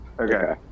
Okay